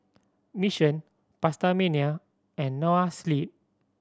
Mission PastaMania and Noa Sleep